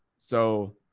so